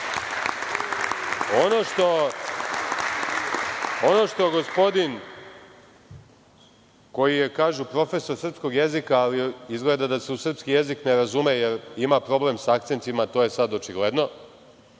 što gospodin koji je, kažu, profesor srpskog jezika, ali izgleda da se u srpski jezik ne razume jer ima problem sa akcentima, to je sad očigledno,